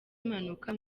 impanuka